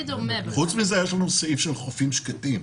חוץ מזה, יש לנו סעיף שמדבר על חופים שקטים.